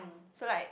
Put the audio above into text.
so like